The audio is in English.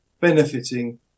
benefiting